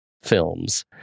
films